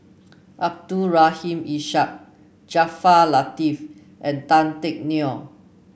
Abdul Rahim Ishak Jaafar Latiff and Tan Teck Neo